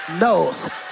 knows